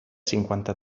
cinquanta